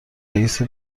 رئیس